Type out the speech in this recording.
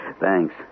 Thanks